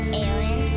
Aaron